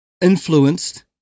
influenced